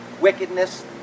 wickedness